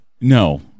no